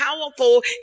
powerful